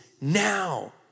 now